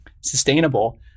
sustainable